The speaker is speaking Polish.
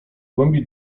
głębi